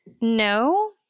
no